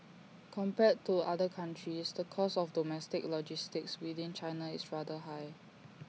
compared to other countries the cost of domestic logistics within China is rather high